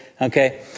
Okay